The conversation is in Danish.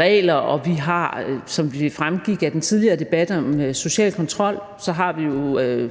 regler, og vi har, som det fremgik af den tidligere debat om social kontrol, en lang række